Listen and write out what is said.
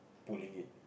pulling it